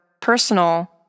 personal